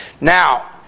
Now